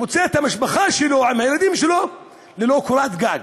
מוצא את המשפחה שלו עם הילדים שלו ללא קורת גג?